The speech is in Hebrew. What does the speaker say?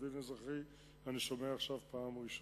"מודיעין אזרחי" אני שומע עכשיו בפעם הראשונה.